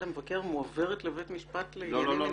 המבקר מועברת לבית משפט לעניינים מנהליים?